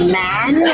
man